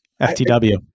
FTW